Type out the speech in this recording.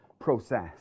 process